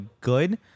good